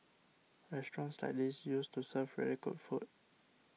restaurants like these used to serve really good food